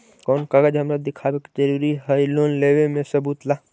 कौन कागज हमरा दिखावे के जरूरी हई लोन लेवे में सबूत ला?